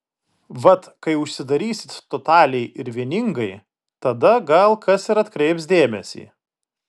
vat kai užsidarysit totaliai ir vieningai tada gal kas ir atkreips dėmesį